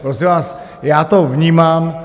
Prosím vás, já to vnímám.